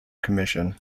commission